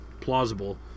plausible